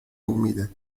umide